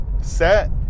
set